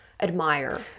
admire